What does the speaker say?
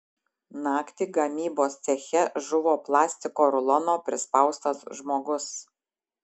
naktį gamybos ceche žuvo plastiko rulono prispaustas žmogus